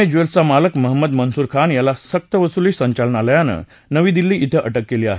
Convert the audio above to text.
ए ज्वेल्सचा मालक महंमद मनसूर खान याला सक्तवसुली संचालनालयानं नवी दिल्ली ध्वें अटक केली आहे